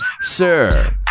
Sir